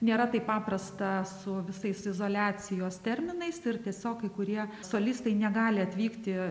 nėra taip paprasta su visais izoliacijos terminais ir tiesiog kai kurie solistai negali atvykti